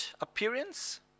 appearance